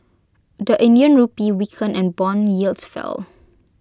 the Indian Rupee weakened and Bond yields fell